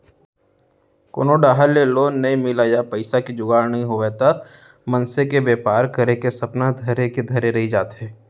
कोनो डाहर ले लोन नइ मिलय या पइसा के जुगाड़ नइ होवय त मनसे के बेपार करे के सपना ह धरे के धरे रही जाथे